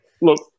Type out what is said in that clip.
Look